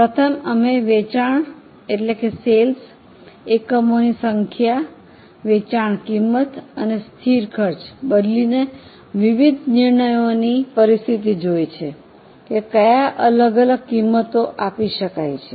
પ્રથમ અમે વેચાણ એકમોની સંખ્યા વેચાણ કિંમત અને સ્થિર ખર્ચ બદલીને વિવિધ નિર્ણયોની પરિસ્થિતિ જોઈ છે કે કયા અલગ અલગ કિંમતો આપી શકાય છે